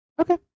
okay